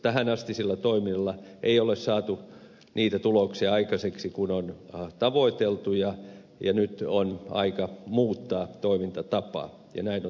tähänastisilla toimilla ei ole saatu niitä tuloksia aikaiseksi kuin on tavoiteltu ja nyt on aika muuttaa toimintatapaa ja näin on tapahtumassa